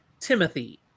Timothy